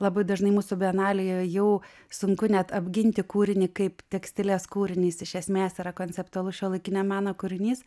labai dažnai mūsų bienalėje jau sunku net apginti kūrinį kaip tekstilės kūrinys iš esmės yra konceptualus šiuolaikinio meno kūrinys